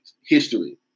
history